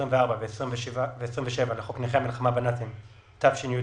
24 ו-27 לחוק נכי המלחמה בנאצים תשי"ד-1954